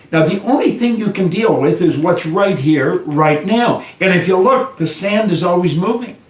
the only thing you can deal with is what's right here, right now. and if you look, the sand is always moving.